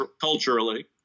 culturally